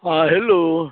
हँ हेलो